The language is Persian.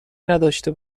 نداشته